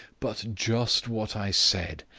but just what i said.